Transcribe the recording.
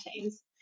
chains